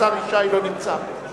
תודה רבה.